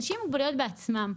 אנשים עם מוגבלויות בעצמם.